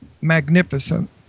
magnificent